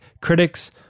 critics